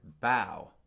bow